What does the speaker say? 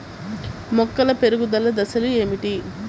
మొక్కల పెరుగుదల దశలు ఏమిటి?